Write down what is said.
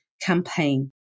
campaign